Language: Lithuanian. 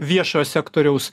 viešojo sektoriaus